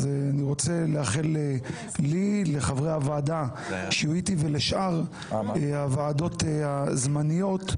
אני רוצה לאחל לי ולחברי הוועדה שיהיו אתי ולשאר הוועדות הזמניות,